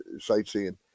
sightseeing